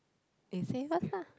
you say first ah